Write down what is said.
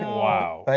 wow.